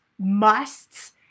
musts